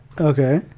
Okay